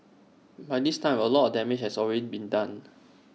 by this time A lot of damage has already been done